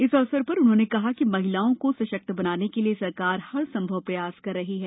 इस अवसर पर उन्होंने कहा कि महिलाओं को सशक्त बनाने के लिए सरकार हर संभव प्रयास कर रही है